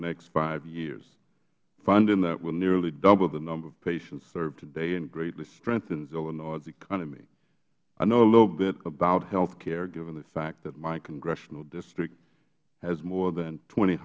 next five years funding that would nearly double the number of patients served today and greatly strengthens illinois's economy i know a little bit about health care given the fact that my congressional district has more than twenty